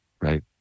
right